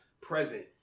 present